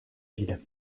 ville